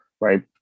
right